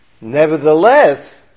nevertheless